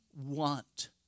want